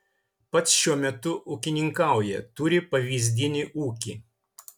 pats šiuo metu ūkininkauja turi pavyzdinį ūkį